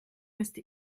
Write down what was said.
müsste